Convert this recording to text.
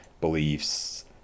beliefs